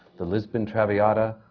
the lisbon traviata,